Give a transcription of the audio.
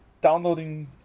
downloading